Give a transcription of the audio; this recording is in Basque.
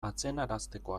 atzenarazteko